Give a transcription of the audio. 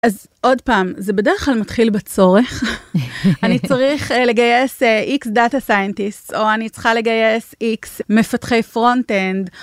אז עוד פעם זה בדרך כלל מתחיל בצורך, אני צריך לגייס x data scientist או אני צריכה לגייס x מפתחי front-end.